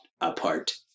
apart